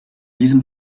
diesem